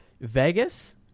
Vegas